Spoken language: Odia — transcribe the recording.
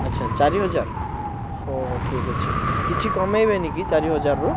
ଆଚ୍ଛା ଚାରିହଜାର ହଉ ହଉ ଠିକ୍ ଅଛି କିଛି କମାଇବେନି କି ଚାରି ହଜାରରୁ